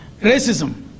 racism